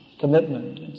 commitment